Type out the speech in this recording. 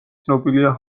ცნობილია